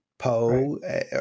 Poe